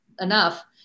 enough